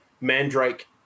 mandrake